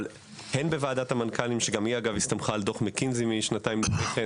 הן בוועדת המנכ"לים שגם היא אגב הסתמכה על דוח מקינזי שנתיים אחרי כן